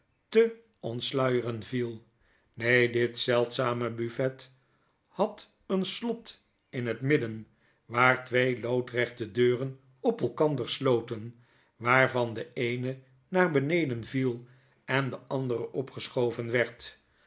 te ontsluieren vie neen dit zeldzame buffet had een slot in het midden waar twee loodrechte deuren op elkander sloten waarvan de eene naar beneden viel en de andere opgeschoven werd